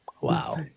Wow